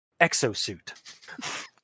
exosuit